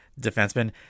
defenseman